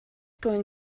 going